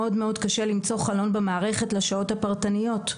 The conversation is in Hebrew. מאוד קשה למצוא חלון במערכת לשעות הפרטניות.